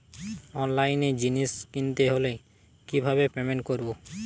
অনলাইনে জিনিস কিনতে হলে কিভাবে পেমেন্ট করবো?